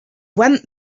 went